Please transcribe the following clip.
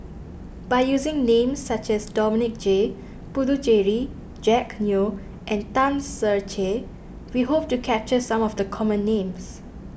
by using names such as Dominic J Puthucheary Jack Neo and Tan Ser Cher we hope to capture some of the common names